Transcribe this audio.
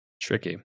Tricky